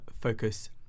focus